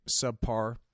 subpar